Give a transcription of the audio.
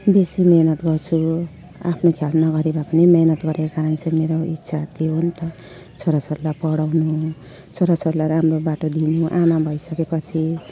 बेसी मेहनत गर्छु आफ्नो ख्याल नगरेर पनि मेहनत गर्ने कारण चाहिँ मेरो इच्छा त्यो हो नि त छोरा छोरीलाई पढाउनु छोरा छोरीलाई राम्रो बाटो दिनु आमा भइसके पछि